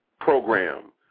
program